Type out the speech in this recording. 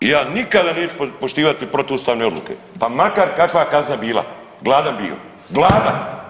I ja nikada neću poštivati protuustavne odluke pa makar kakva kazna bila, gladan bio, gladan.